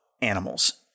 animals